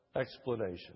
explanation